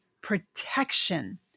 protection